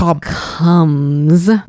comes